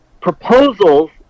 proposals